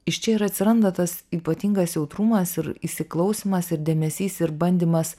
iš čia ir atsiranda tas ypatingas jautrumas ir įsiklausymas ir dėmesys ir bandymas